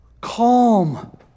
Calm